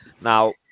Now